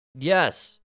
Yes